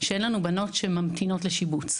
שאין לנו בנות שממתינות לשיבוץ.